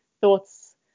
thoughts